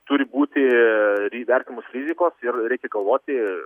turi būti ri vertinamos rizikos ir reikia galvoti